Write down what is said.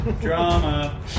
Drama